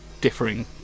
differing